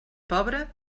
pobre